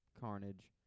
Carnage